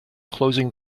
closing